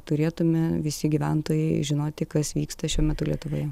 turėtume visi gyventojai žinoti kas vyksta šiuo metu lietuvoje